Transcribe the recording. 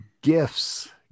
Gifts